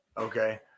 Okay